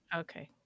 Okay